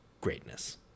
greatness